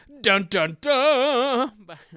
Dun-dun-dun